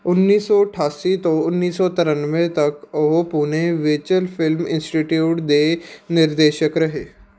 ਉੱਨੀ ਸੌ ਅਠਾਸੀ ਤੋਂ ਉੱਨੀ ਸੌ ਤਰਾਨਵੇਂ ਤੱਕ ਉਹ ਪੂਨੇ ਵਿੱਚ ਫਿਲਮ ਇੰਸਟੀਟਿਊਟ ਦੇ ਨਿਰਦੇਸ਼ਕ ਰਹੇ